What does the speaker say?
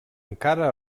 encara